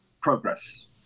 progress